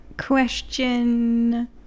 Question